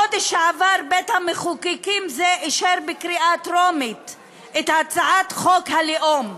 בחודש שעבר בית-המחוקקים הזה אישר בקריאה טרומית את הצעת חוק הלאום,